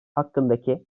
hakkındaki